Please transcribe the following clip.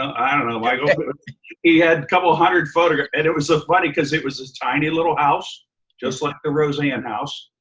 i don't know, like ah he had a couple hundred photographs. and it was so funny, because it was this tiny little house just like the roseanne house.